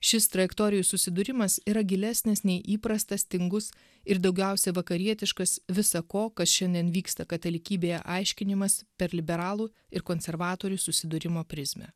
šis trajektorijų susidūrimas yra gilesnis nei įprastas tingus ir daugiausia vakarietiškas visa ko kas šiandien vyksta katalikybėje aiškinimas per liberalų ir konservatorių susidūrimo prizmę